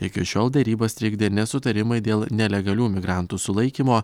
iki šiol derybas trikdė nesutarimai dėl nelegalių migrantų sulaikymo